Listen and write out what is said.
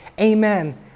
amen